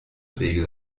regel